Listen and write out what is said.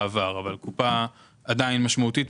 כי בענייני איגוד הכדורסל,